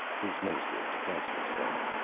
his minister of defense was saying.